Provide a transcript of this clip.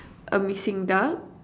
a missing duck